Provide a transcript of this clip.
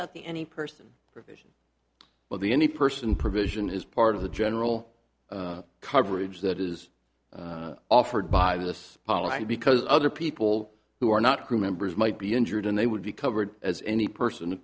about the any person well the any person provision is part of the general coverage that is offered by this policy because other people who are not crew members might be injured and they would be covered as any person